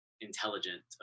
Intelligent